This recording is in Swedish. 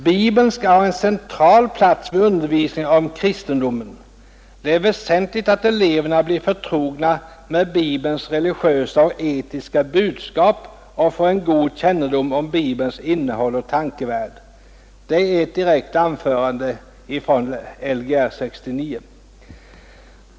”Bibeln skall ha en central plats vid undervisningen om kristendomen. Det är väsentligt att eleverna blir förtrogna med bibelns religiösa budskap och får en god kännedom om bibelns innehåll och tankevärld.” Detta var alltså ett direkt citat från Lgr 69.